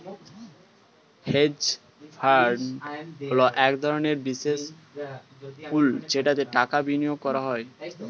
hedge fund হলো এক ধরনের বিশেষ পুল যেটাতে টাকা বিনিয়োগ করা হয়